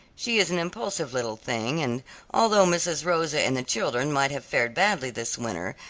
she is an impulsive little thing, and although mrs. rosa and the children might have fared badly this winter,